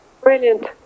Brilliant